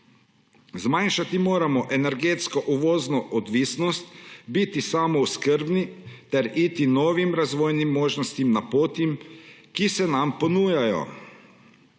Zmanjšati moramo energetsko uvozno odvisnost, biti samooskrbni ter iti novim razvojnim možnostim naproti, ki se nam ponujajo.